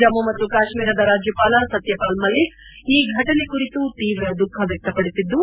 ಜಮ್ಮ ಮತ್ತು ಕಾತ್ಮೀರದ ರಾಜ್ಯಪಾಲ ಸತ್ಯಾಪಾಲ್ ಮಲ್ಲಿಕ್ ಈ ಘಟನೆ ಕುರಿತು ತೀವ್ರ ದುಃಖ ವ್ಯಕ್ಷಪಡಿಸಿದ್ದು